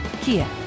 Kia